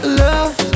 love